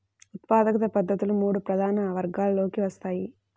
ఉత్పాదక పద్ధతులు మూడు ప్రధాన వర్గాలలోకి వస్తాయి